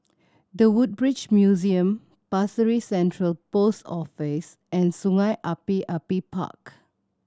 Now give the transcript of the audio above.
The Woodbridge Museum Pasir Ris Central Post Office and Sungei Api Api Park